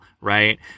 right